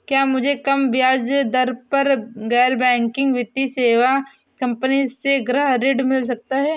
क्या मुझे कम ब्याज दर पर गैर बैंकिंग वित्तीय सेवा कंपनी से गृह ऋण मिल सकता है?